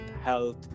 health